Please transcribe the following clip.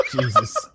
Jesus